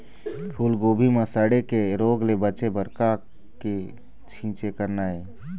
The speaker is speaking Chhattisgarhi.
फूलगोभी म सड़े के रोग ले बचे बर का के छींचे करना ये?